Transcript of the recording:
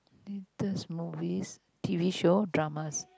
latest movies t_v shows dramas